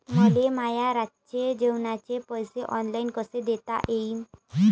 मले माया रातचे जेवाचे पैसे ऑनलाईन कसे देता येईन?